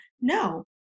No